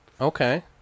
Okay